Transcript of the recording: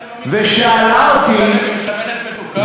תגיד לי אתה, שמנת מתוקה?